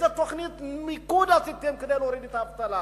איזו תוכנית מיקוד עשיתם כדי להוריד את האבטלה?